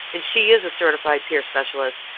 and she is a certified peer specialist.